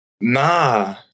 Nah